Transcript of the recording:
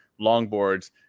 longboards